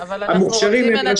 המוכשרים הם ראשי המחלקות.